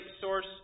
source